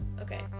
Okay